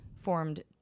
formed